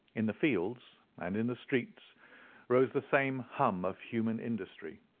in the fields and in the streets rose the same hum of human industry.